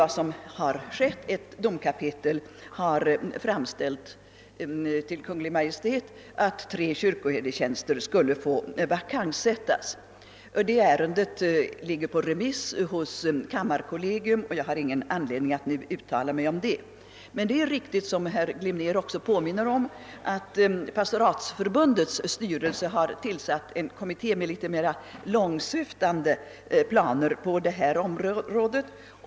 Ett domkapitel har i detta syfte riktat en framställning till Kungl. Maj:t om att tre av dess kyrkoherdetjänster skulle få vakanssättas. Detta ärende ligger ute på remiss hos kammarkollegium, och jag har ingen anledning att nu uttala mig om det. Det är emellertid riktigt, såsom herr Glimnér också påminner om, att Svenska pastoratens riksförbunds styrelse tillsatt en kommitté för att få fram något mera långtsyftande planer på detta område.